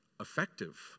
effective